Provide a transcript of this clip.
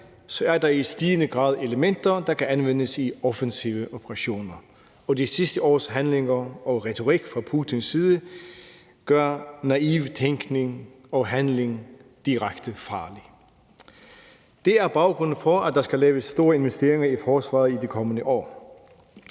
er der i stigende grad elementer, der kan anvendes i offensive operationer, og de sidste års handlinger og retorik fra Putins side gør naiv tænkning og handling direkte farlig. Det er baggrunden for, at der skal laves store investeringer i forsvaret i de kommende år.